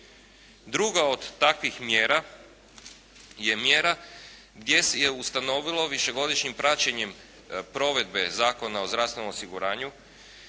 Druga od takvih mjera je mjera gdje se ustanovilo višegodišnjim praćenjem provedbe Zakona o zdravstvenom osiguranju